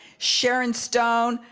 sharon stone,